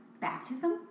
baptism